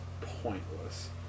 pointless